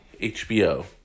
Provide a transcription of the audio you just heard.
HBO